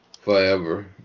forever